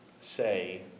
say